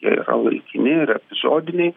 jie yra laikini yra epizodiniai